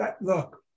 look